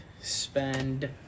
spend